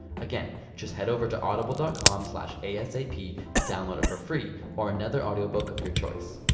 again, just head over to audible dot com slash asap to download it for free, or another audiobook of your choice.